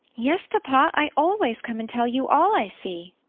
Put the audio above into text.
yes, papa. i always come and tell you all i see.